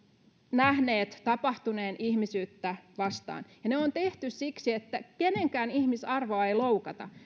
nähneet tapahtuneen ihmisyyttä vastaan ja ne on tehty siksi että kenenkään ihmisarvoa ei loukata